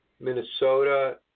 Minnesota